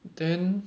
then